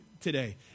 today